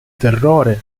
terrore